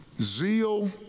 zeal